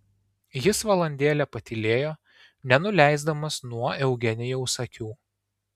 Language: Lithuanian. jis valandėlę patylėjo nenuleisdamas nuo eugenijaus akių